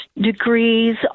degrees